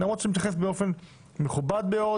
אנחנו רוצים להתייחס באופן מכובד מאוד